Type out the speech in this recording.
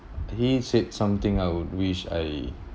he said something I would wish I